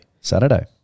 Saturday